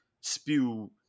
spew